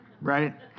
right